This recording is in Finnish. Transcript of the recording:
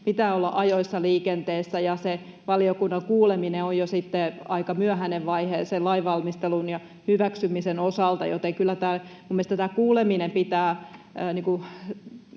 pitää olla ajoissa liikenteessä. Se valiokunnan kuuleminen on sitten jo aika myöhäinen vaihe lainvalmistelun ja sen hyväksymisen osalta, joten kyllä minun mielestäni